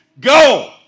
Go